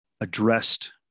addressed